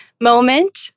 moment